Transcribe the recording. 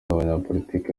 abanyapolitiki